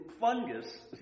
fungus